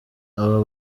abo